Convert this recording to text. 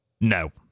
No